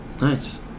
Nice